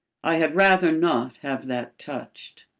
i had rather not have that touched.